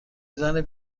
دیدن